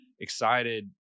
excited